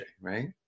right